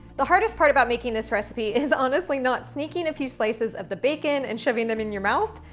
the hardest part about making this recipe is honestly not sneaking a few slices of the bacon and shoving them in your mouth.